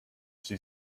she